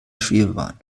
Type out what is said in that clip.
schwebebahn